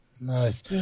Nice